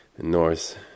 north